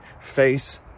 Face